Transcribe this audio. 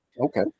Okay